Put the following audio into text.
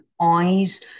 eyes